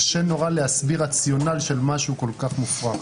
קשה מאוד להסביר רציונל של משהו כל כך מופרך.